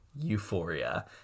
Euphoria